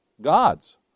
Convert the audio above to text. God's